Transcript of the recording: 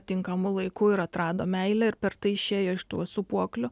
tinkamu laiku ir atrado meilę ir per tai išėjo iš tų sūpuoklių